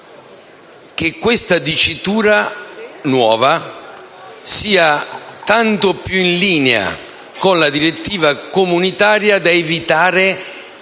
che questa nuova dicitura sia tanto più in linea con la direttiva comunitaria da evitare